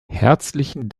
herzlichen